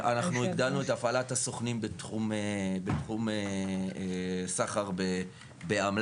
אנחנו הגדלנו את הפעלת הסוכנים בתחום סחר באמל"ח.